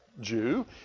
Jew